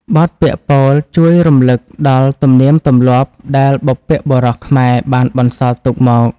បទពាក្យពោលជួយរំលឹកដល់ទំនៀមទម្លាប់ដែលបុព្វបុរសខ្មែរបានបន្សល់ទុកមក។